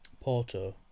Porto